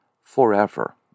forever